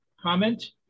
comment